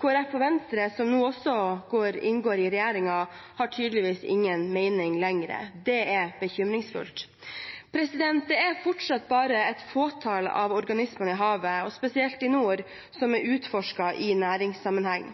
og Venstre, som nå også inngår i regjeringen, har tydeligvis ingen mening lenger – det er bekymringsfullt. Det er fortsatt bare et fåtall av organismene i havet, spesielt i nord, som er utforsket i næringssammenheng.